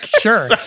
sure